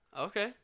okay